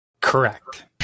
Correct